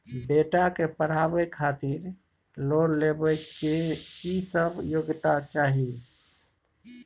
बेटा के पढाबै खातिर लोन लेबै के की सब योग्यता चाही?